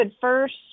first